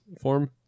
form